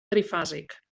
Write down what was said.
trifàsic